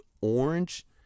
orange